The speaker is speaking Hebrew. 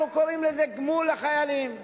אנחנו קוראים לזה "גמול לחיילים",